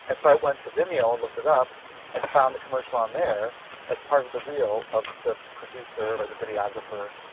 and so i went to vimeo and looked it up and found the commercial on there as part of the real of the producer or the videographer